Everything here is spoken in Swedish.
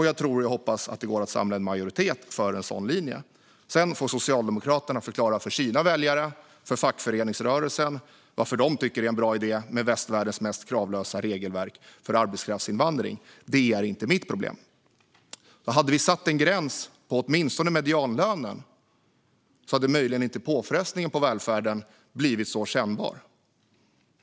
Jag tror och hoppas att det går att samla en majoritet för en sådan linje. Sedan får Socialdemokraterna förklara för sina väljare och för fackföreningsrörelsen varför de tycker att det är en bra idé att ha västvärldens mest kravlösa regelverk för arbetskraftsinvandring. Det är inte mitt problem. Hade vi satt en gräns på åtminstone medianlönen hade påfrestningen på välfärden möjligen inte blivit så kännbar.